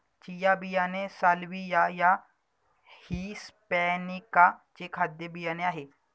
chia बियाणे साल्विया या हिस्पॅनीका चे खाद्य बियाणे आहे